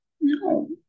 No